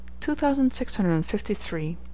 2653